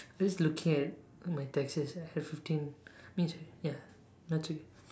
just looking at all my texts I have fifteen means ya that's okay